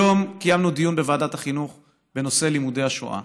היום קיימנו דיון בוועדת החינוך בנושא לימודי השואה.